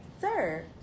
sir